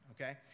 Okay